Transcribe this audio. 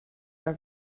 are